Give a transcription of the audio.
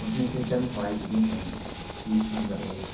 اس میں سے چند فوائد یہ ہیں کہ نمبر ایک